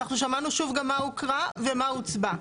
אנחנו שמענו שוב גם מה הוקרא ומה הוצבע.